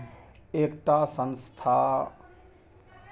एकटा संस्थाक माध्यमसँ इलेक्ट्रॉनिक ट्रांसफर कएल जाइ छै